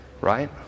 Right